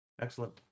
Excellent